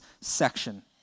section